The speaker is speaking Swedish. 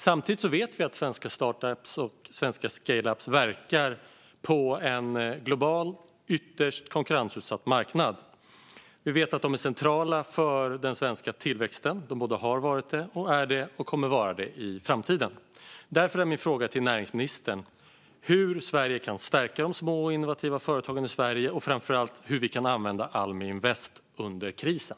Samtidigt vet vi att svenska startups och svenska scaleups verkar på en global ytterst konkurrensutsatt marknad. Vi vet att de är centrala för den svenska tillväxten - de har varit det, är det och kommer att vara det i framtiden. Därför är min fråga till näringsministern hur vi kan stärka de små och innovativa företagen i Sverige och framför allt hur vi kan använda Almi Invest under krisen.